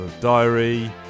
Diary